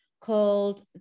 called